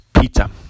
pizza